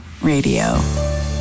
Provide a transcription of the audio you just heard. Radio